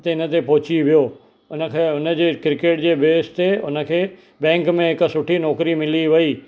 त हिन ते पहुची वियो हुनखे हुनजे क्रिकेट जे बेस ते हुनखे बैंक में हिकु सुठी नौकिरी मिली वेई